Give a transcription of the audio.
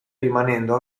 rimanendo